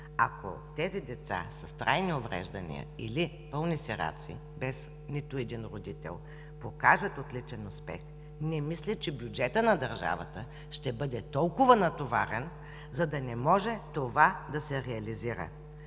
Ако тези деца с трайни увреждания или пълни сираци, без нито един родител покажат отличен успех, не мисля, че бюджетът на държавата ще бъде толкова натоварен, за да не може това да се реализира.